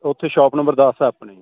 ਉੱਥੇ shop number ਦਸ ਆ ਆਪਣੇ